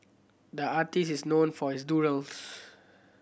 the artist is known for his doodles